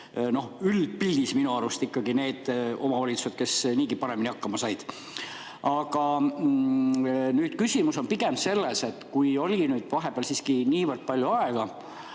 üldpildis minu arust ikkagi need omavalitsused, kes niigi paremini hakkama said. Aga küsimus on pigem selles, et kuigi vahepeal oli siiski niivõrd palju aega,